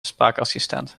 spraakassistent